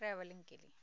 travelling केली